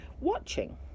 watching